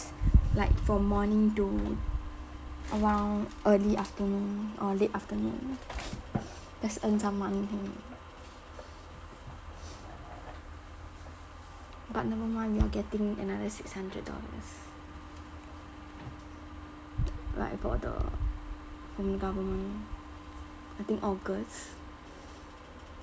like for morning to around early afternoon or late afternoon just earn some money but never mind we are getting another six hundred dollars like for the from the government I think august